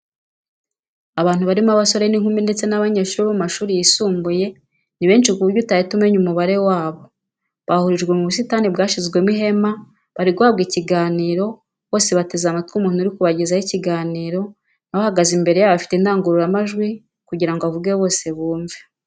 Abantu barimo abasore n'inkumi ndetse n'abanyeshuri bo mu mashuri yisumbuye ni benshi ku buryo utahita umenya umubare wabo, bahurijwe mu busitani bwashyizwemo ihema, barimo guhabwa ikiganiro, bose bateze amatwi umuntu uri kubagezaho ikiganiro nawe ahagaze imbere yabo afite indangururamajwi kugira ngo avuge bose bumve.